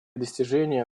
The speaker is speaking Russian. достижения